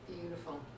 Beautiful